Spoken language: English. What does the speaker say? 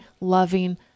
loving